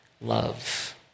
love